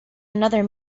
another